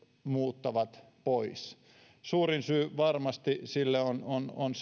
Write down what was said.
muuttavat pois suurin syy siihen varmasti on on